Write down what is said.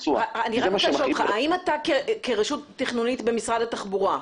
האם אתה כרשות תכנונית במשרד התחבורה,